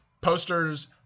Posters